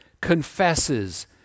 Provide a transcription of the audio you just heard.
confesses